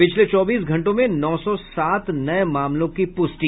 पिछले चौबीस घंटों में नौ सौ सात नये मामलों की प्रष्टि